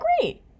great